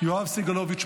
יואב סגלוביץ',